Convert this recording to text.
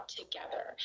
together